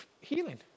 healing